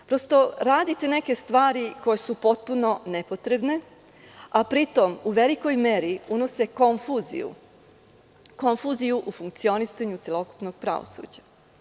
Prosto radite neke stvari koje su potpuno nepotrebne, a pri tom u velikoj meri unose konfuziju u funkcionisanju celokupnog pravosuđa.